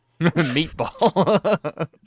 meatball